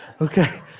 Okay